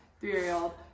three-year-old